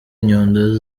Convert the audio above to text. inyundo